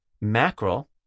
mackerel